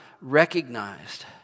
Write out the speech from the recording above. recognized